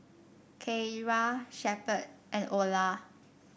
Keira Shepherd and Ola